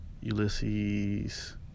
ulysses